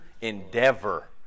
endeavor